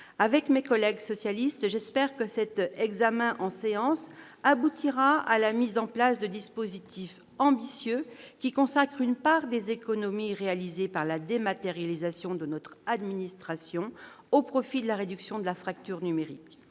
Avec mes collègues socialistes, j'espère que cet examen en séance aboutira à la mise en place d'un dispositif ambitieux qui consacre une part des économies réalisées par la dématérialisation de notre administration au profit de la réduction de la fracture numérique.